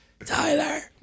Tyler